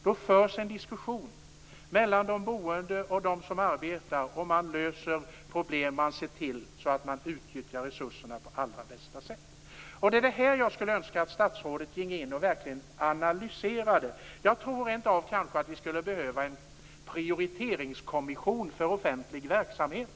Då förs en diskussion mellan de boende och dem som arbetar, man löser problem och ser till att utnyttja resurserna på allra bästa sätt. Jag önskar att statsrådet kunde gå in och verkligen analysera detta. Jag tror rent av att vi skulle behöva en prioriteringskommission för offentligt verksamhet.